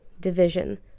Division